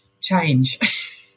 change